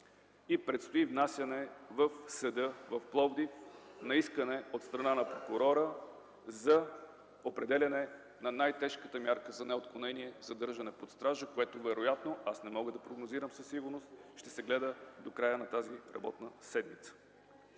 и предстои внасяне в съда в Пловдив на искане от страна на прокурора за определяне на най-тежката мярка за неотклонение „задържане под стража”, което вероятно, аз не мога да прогнозирам със сигурност, ще се гледа до края на тази работна седмица.